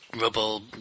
rubble